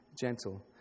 gentle